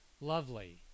lovely